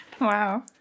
Wow